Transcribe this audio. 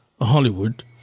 Hollywood